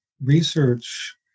research